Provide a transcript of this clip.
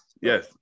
yes